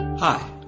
Hi